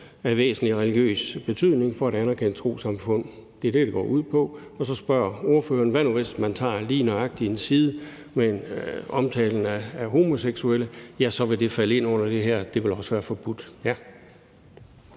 af væsentlig religiøs betydning for et anerkendt trossamfund. Det er det, det går ud på. Så spørger ordføreren: Hvad nu, hvis man tager lige nøjagtig en side omtalende homoseksuelle? Ja, så vil det falde ind under det her, og det vil også være forbudt,